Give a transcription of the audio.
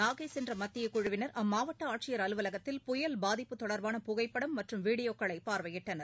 நாகைசென்றமத்தியக் குழுவினர் அம்மாவட்டஆட்சியர் அலுவலகத்தில் புயல் பாதிப்பு தொடர்பான புகைப்படம் மற்றும் வீடியோக்களைபார்வையிட்டனர்